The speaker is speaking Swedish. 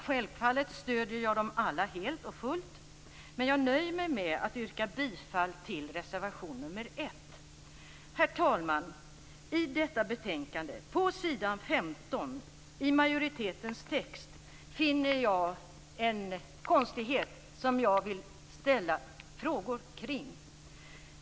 Självfallet stöder jag dem alla helt och fullt, men jag nöjer mig med att yrka bifall till reservation nr 1. Herr talman! I detta betänkande på s. 15 i majoritetens text finner jag en konstighet som jag vill ställa frågor kring.